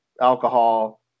alcohol